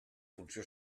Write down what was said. funció